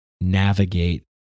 navigate